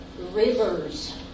rivers